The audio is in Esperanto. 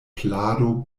plado